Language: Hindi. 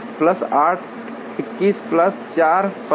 plus 8 21 plus 4 25